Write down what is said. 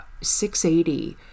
680